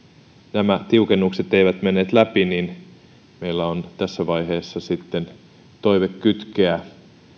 nämä tiukennukset eivät menneet läpi niin meillä on tässä vaiheessa sitten toive kytkeä